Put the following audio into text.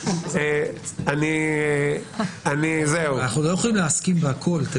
אנחנו לא יכולים להסכים על הכול.